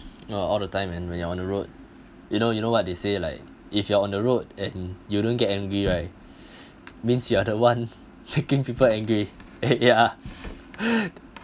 oh all the time and when you're on the road you know you know what they say like if you are on the road and you don't get angry right means you are the one making people angry eh ya